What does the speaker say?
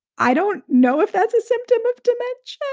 i don't know if that's a symptom of damage.